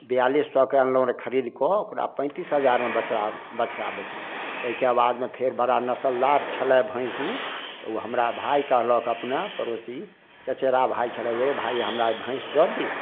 बेयालीस सएके अनलहुँ रऽ खरीद कऽ ओकरा पैन्तीस हजारमे बच्चा बछड़ा बेचलहुँ तैके बाद फेर बड़ा नश्लदार छल भैंस उ तऽ उ हमरा भाइ कहलक अपना पड़ोसी चचेरा भाइ छलऽ जे रे भाइ हमरा ई भैंस दऽ दे